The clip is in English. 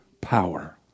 power